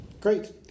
Great